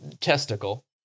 testicle